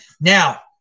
Now